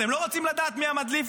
אתם לא רוצים לדעת מי המדליף?